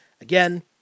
Again